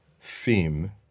theme